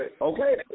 Okay